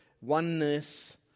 oneness